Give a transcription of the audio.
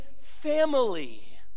family